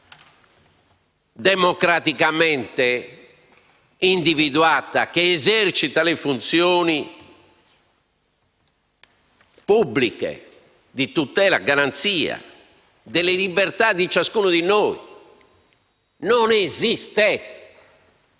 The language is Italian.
democraticamente individuata, che esercita le funzioni pubbliche di tutela e garanzia delle libertà di ciascuno di noi. Non esiste.